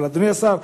אדוני השר,